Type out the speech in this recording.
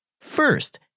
First